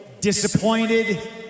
disappointed